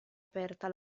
aperta